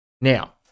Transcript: now